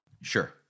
Sure